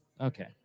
Okay